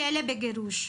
כלא וגירוש.